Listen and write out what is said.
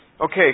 Okay